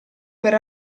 per